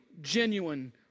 genuine